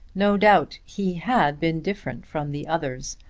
no doubt he had been different from the others,